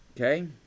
okay